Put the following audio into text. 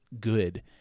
good